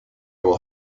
will